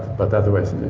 but otherwise,